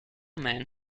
man